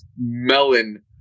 melon